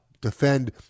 defend